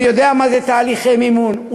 הוא יודע מה זה תהליכי מימון,